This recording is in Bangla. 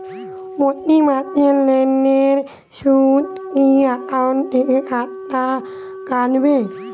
প্রতি মাসে লোনের সুদ কি একাউন্ট থেকে কাটবে?